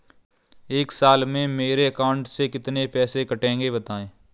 एक साल में मेरे अकाउंट से कितने रुपये कटेंगे बताएँ?